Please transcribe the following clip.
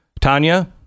Tanya